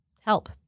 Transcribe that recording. help